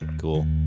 Cool